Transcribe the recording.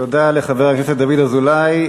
תודה לחבר הכנסת דוד אזולאי.